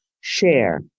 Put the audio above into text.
share